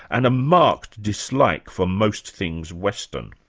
and a marked dislike for most things western.